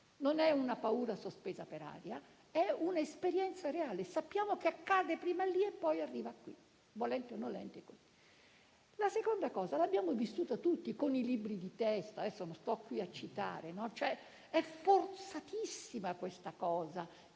Non è una paura sospesa per aria; è un'esperienza reale: sappiamo che accade prima lì e poi arriva qui, volenti o nolenti. La seconda cosa l'abbiamo vissuta tutti con i libri di testo che non sto qui a citare: è una forzatura dover